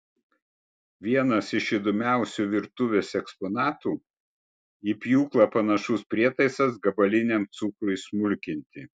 vienas iš įdomiausių virtuvės eksponatų į pjūklą panašus prietaisas gabaliniam cukrui smulkinti